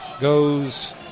Goes